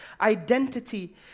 identity